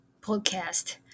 podcast